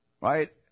right